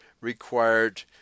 required